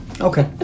Okay